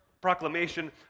proclamation